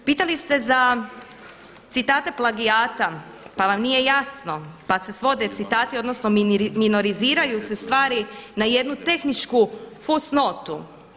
Pitali ste za citate plagijata pa vam nije jasno, pa se svode citati, odnosno minoriziraju se stvari na jednu tehničku fusnotu.